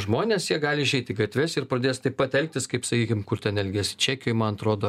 žmonės jie gali išeit į gatves ir pradės taip pat elgtis kaip sakykim kur ten elgėsi čekijoj man atrodo